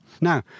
Now